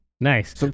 Nice